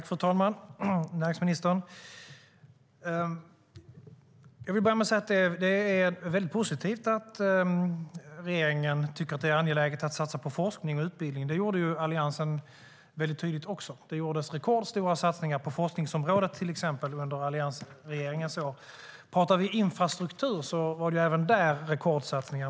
Fru talman! Det är positivt, näringsministern, att regeringen tycker att det är angeläget att satsa på forskning och utbildning. Det gjorde Alliansen tydligt också. Under alliansregeringens år gjordes rekordstora satsningar på till exempel forskningsområdet. Rekordsatsningar gjordes även på infrastruktur.